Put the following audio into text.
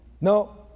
No